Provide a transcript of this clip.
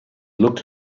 looked